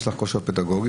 שיש לך כושר פדגוגי,